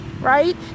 Right